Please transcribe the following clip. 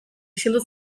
isildu